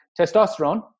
testosterone